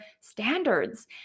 standards